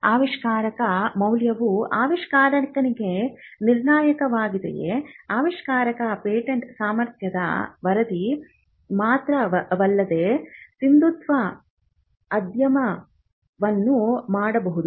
ಆವಿಷ್ಕಾರದ ಮೌಲ್ಯವು ಆವಿಷ್ಕಾರಕನಿಗೆ ನಿರ್ಣಾಯಕವಾಗಿದ್ದರೆ ಆವಿಷ್ಕಾರಕ ಪೇಟೆಂಟ್ ಸಾಮರ್ಥ್ಯದ ವರದಿ ಮಾತ್ರವಲ್ಲದೆ ಸಿಂಧುತ್ವ ಅಧ್ಯಯನವನ್ನು ಮಾಡಬಹುದು